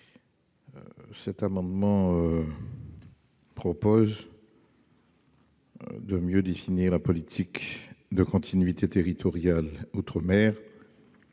Cet amendement vise à mieux définir la politique de continuité territoriale outre-mer,